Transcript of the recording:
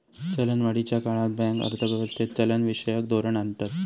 चलनवाढीच्या काळात बँक अर्थ व्यवस्थेत चलनविषयक धोरण आणतत